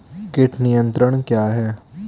कीट नियंत्रण क्या है?